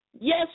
Yes